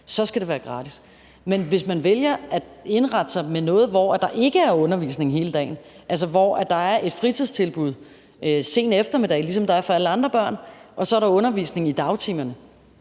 det skal være gratis. Men hvis man vælger at indrette sig med noget, hvor der ikke er undervisning hele dagen – altså hvor der er et fritidstilbud sent om eftermiddagen, ligesom der er for alle andre børn – så undervisningen er i dagtimerne,